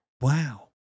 Wow